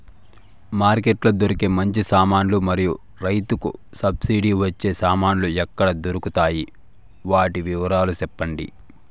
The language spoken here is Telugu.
మార్కెట్ లో దొరికే మంచి సామాన్లు మరియు రైతుకు సబ్సిడి వచ్చే సామాన్లు ఎక్కడ దొరుకుతాయి? వాటి వివరాలు సెప్పండి?